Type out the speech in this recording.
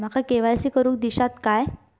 माका के.वाय.सी करून दिश्यात काय?